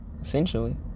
Essentially